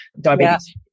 diabetes